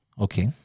Okay